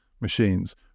machines